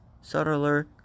subtler